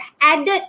added